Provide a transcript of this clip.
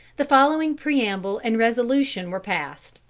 the following preamble and resolution were passed